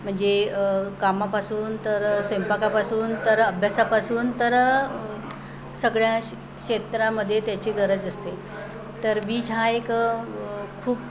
म्हणजे कामापासून तर स्वयंपाकापासून तर अभ्यासापासून तर सगळ्या क्षेत्रामध्ये त्याची गरज असते तर वीज हा एक खूप